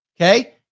okay